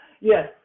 yes